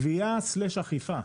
גבייה/אכיפה.